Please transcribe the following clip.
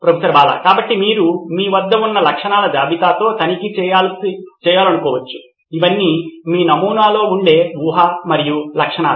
professor Bala కాబట్టి మీరు మీ వద్ద ఉన్న లక్షణాల జాబితాతో తనిఖీ చేయాలనుకోవచ్చు ఇవన్నీ మీ నమూనాలో ఉండే ఊహ మరియు లక్షణాలు